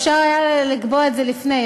אפשר היה לקבוע את זה לפני,